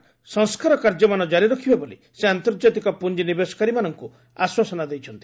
ସରକାର ସଂସ୍କାର କାର୍ଯ୍ୟମାନ ଜାରି ରଖିବେ ବୋଲି ସେ ଆନ୍ତର୍ଜାତିକ ପୁଞ୍ଜିନିବେଶକାରୀମାନଙ୍କୁ ଆଶ୍ୱାସନା ଦେଇଛନ୍ତି